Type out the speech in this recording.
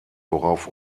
worauf